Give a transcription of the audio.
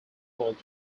called